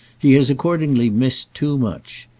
he has accordingly missed too much,